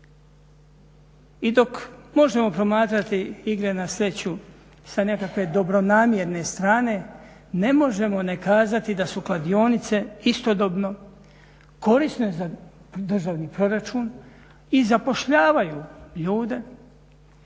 I dok možemo promatrati igre na sreću sa nekakve dobronamjerne strane ne možemo ne kazati da su kladionice istodobno korisne za državni proračun i zapošljavaju ljude